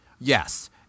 Yes